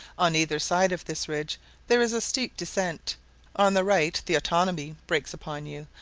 on either side of this ridge there is a steep descent on the right the otanabee breaks upon you,